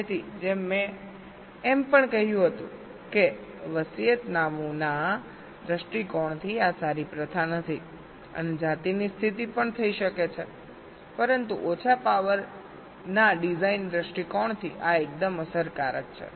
તેથી જેમ મેં એમ પણ કહ્યું હતું કે વસિયતનામુંના દૃષ્ટિકોણથી આ સારી પ્રથા નથી અને જાતિની સ્થિતિ પણ થઈ શકે છે પરંતુ ઓછા પાવરના ડિઝાઇન દ્રષ્ટિકોણથી આ એકદમ અસરકારક છે